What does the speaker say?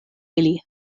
ili